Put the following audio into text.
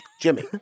jimmy